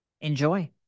Enjoy